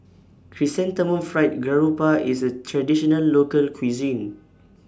Chrysanthemum Fried Garoupa IS A Traditional Local Cuisine